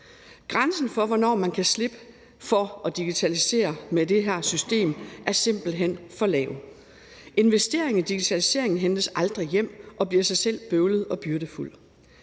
Grænsen for, hvornår man kan slippe for at digitalisere med det her system, er simpelt hen for lav. Investeringen i digitalisering hentes aldrig hjem og bliver i sig selv bøvlet og byrdefuld.